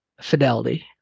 fidelity